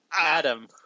Adam